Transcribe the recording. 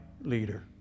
leader